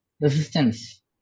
resistance